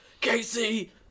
Casey